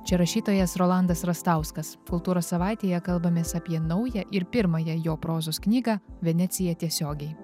čia rašytojas rolandas rastauskas kultūros savaitėje kalbamės apie naują ir pirmąją jo prozos knygą venecija tiesiogiai